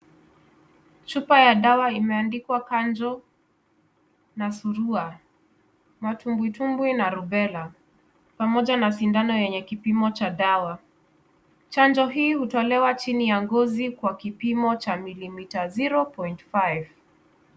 Chupa ya dawa imeandikwa chanjo na surua, matumbwitumbwi na rubella pamoja na sindano yenye kipimo cha dawa. Chanjo hii hutolewa chini ya ngozi kwa kipimo cha milimita zero point five>cs].